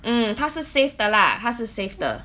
mm 他是 safe 的 lah 他是 safe 的